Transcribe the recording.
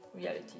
reality